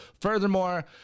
furthermore